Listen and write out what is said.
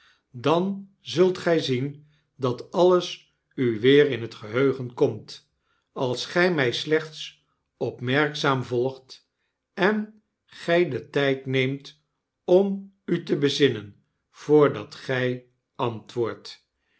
dan zult gy zien dat alles u weer in t geheugen komt als gy my slechts opmerkzaam volgt en gij den tyd neemt om u te bezinnen voordat gy antwoordt